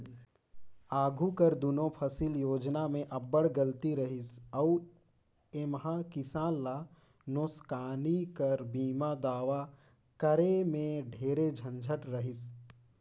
आघु कर दुनो फसिल योजना में अब्बड़ गलती रहिस अउ एम्हां किसान ल नोसकानी कर बीमा दावा करे में ढेरे झंझट रहिस